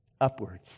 Upwards